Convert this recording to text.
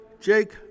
Jake